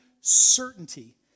certainty